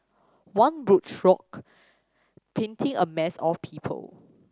one broad stroke painting a mass of people